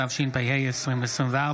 התשפ"ה 2024,